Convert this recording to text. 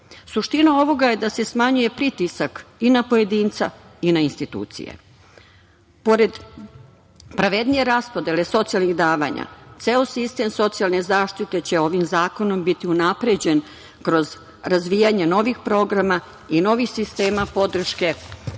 podatke. Suština ovoga da se smanjuje pritisak i na pojedinca i na institucije. Pored pravednije raspodele socijalnih davanja ceo sistem socijalne zaštite će ovim zakonom biti unapređen kroz razvijanje novih programa i novih sistema podrške